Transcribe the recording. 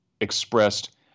expressed